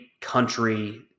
country